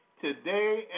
today